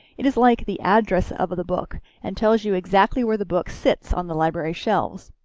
it is like the address of of the book and tells you exactly where the book sits on the library shelves.